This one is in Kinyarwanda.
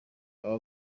bwaba